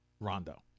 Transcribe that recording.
Rondo